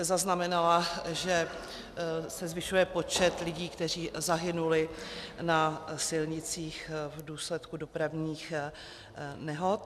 Zaznamenala jsem, že se zvyšuje počet lidí, kteří zahynuli na silnicích v důsledku dopravních nehod.